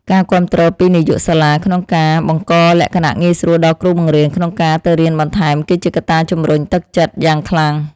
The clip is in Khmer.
ការគាំទ្រពីនាយកសាលាក្នុងការបង្កលក្ខណៈងាយស្រួលដល់គ្រូបង្រៀនក្នុងការទៅរៀនបន្ថែមគឺជាកត្តាជំរុញទឹកចិត្តយ៉ាងខ្លាំង។